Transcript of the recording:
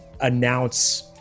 announce